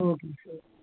ஓகேங்க சார்